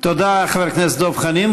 תודה, חבר הכנסת דב חנין.